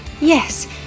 yes